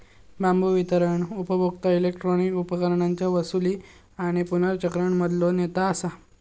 बांबू वितरण उपभोक्ता इलेक्ट्रॉनिक उपकरणांच्या वसूली आणि पुनर्चक्रण मधलो नेता असा